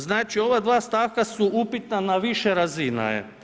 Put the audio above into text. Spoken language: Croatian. Znači, ova dva stavka su upitna na više razina.